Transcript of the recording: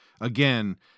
Again